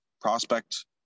prospect